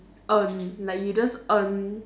earn like you just earn